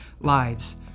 lives